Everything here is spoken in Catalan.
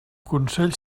consell